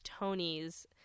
Tonys